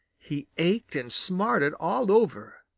he ached and smarted all over.